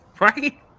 right